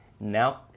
now